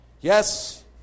Yes